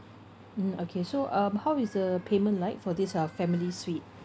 mm okay so um how is the payment like for this uh family suite